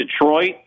Detroit